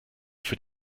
für